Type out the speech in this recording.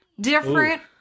different